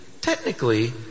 technically